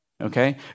okay